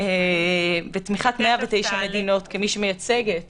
בתמיכת 109 מדינות כמי שמייצגת